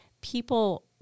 people